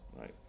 right